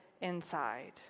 inside